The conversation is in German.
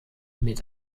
mit